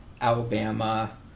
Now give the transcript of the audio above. Alabama